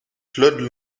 claude